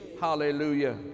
hallelujah